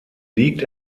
liegt